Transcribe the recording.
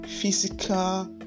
physical